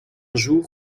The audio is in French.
jour